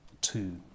two